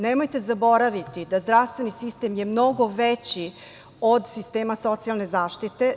Nemojte zaboraviti da je zdravstveni sistem mnogo veći od sistema socijalne zaštite.